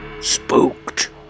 Spooked